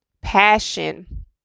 passion